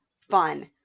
fun